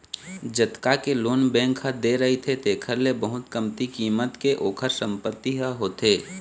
जतका के loan bank ह दे रहिथे तेखर ले बहुत कमती कीमत के ओखर संपत्ति ह होथे